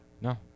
No